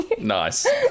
Nice